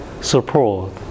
support